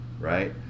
right